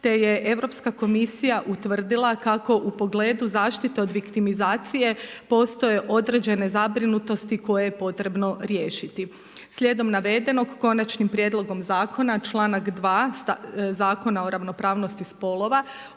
te je Europska komisija utvrdila kako u pogledu zaštite od viktimizacije postoje određene zabrinutosti koje je potrebno riješiti. Slijedom navedenog Konačnim prijedlogom zakona članak 2. Zakona o ravnopravnosti spolova